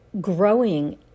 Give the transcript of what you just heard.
growing